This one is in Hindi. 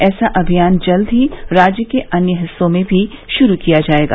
ऐसा अभियान जल्द ही राज्य के अन्य हिस्सों में भी शुरू किया जाएगा